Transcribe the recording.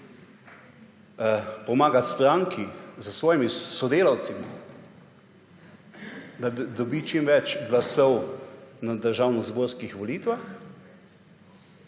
pomagati stranki s svojimi sodelavci, da dobi čim več glasov na državnozborskih volitvah,